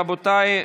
רבותיי,